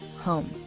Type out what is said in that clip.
home